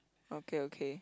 okay okay